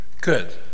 good